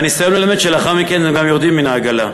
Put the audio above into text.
הניסיון מלמד שלאחר מכן הם גם יורדים מן העגלה.